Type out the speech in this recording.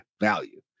value